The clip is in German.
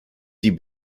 die